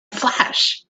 flash